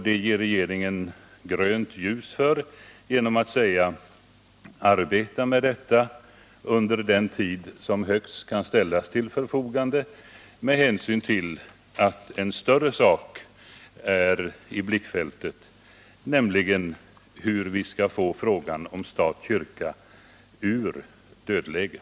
Regeringen ger grönt ljus för detta genom att säga: Arbeta med detta under den tid som kan ställas till förfogande med hänsyn till att en större sak är i blickfältet, nämligen hur vi skall få frågan om stat-kyrka ur dödläget.